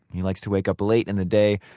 he likes to wake up late in the day,